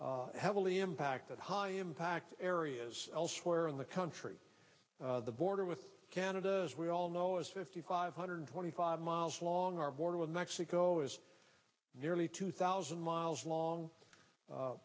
be heavily impacted high impact areas elsewhere in the country the border with canada as we all know is fifty five hundred twenty five miles long our border with mexico is nearly two thousand miles long